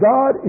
God